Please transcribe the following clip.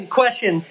question